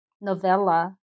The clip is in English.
novella